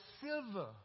silver